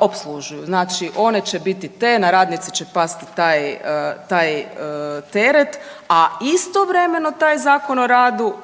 opslužuju, znači one će biti te, na radnice će pasti taj teret, a istovremeno taj Zakon o radu